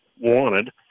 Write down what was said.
wanted